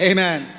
Amen